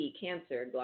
cancer